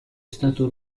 stato